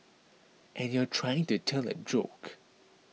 and you're trying to tell a joke